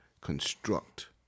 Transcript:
construct